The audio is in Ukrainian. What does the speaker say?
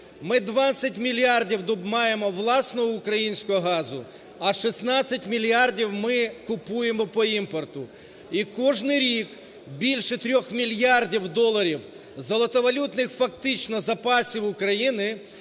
Ми 20 мільярдів маємо власного українського газу, а 16 мільярдів ми купуємо по імпорту. І кожний рік більше 3 мільярдів доларів золотовалютних фактично запасів України